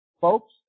Folks